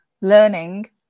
learning